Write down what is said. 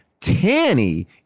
Tanny